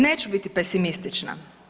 Neću biti pesimistična.